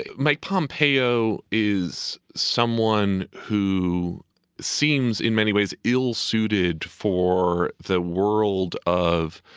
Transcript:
and mike pompeo is someone who seems in many ways ill suited for the world of